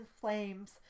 flames